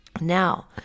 Now